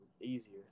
easier